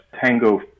tango